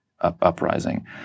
uprising